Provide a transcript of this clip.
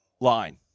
line